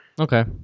Okay